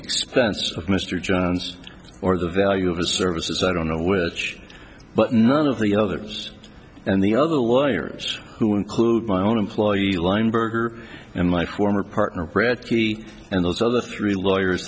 expense of mr jones or the value of his services i don't know where but none of the others and the other workers who include my own employee lineberger and my former partner bradtke and those other three lawyers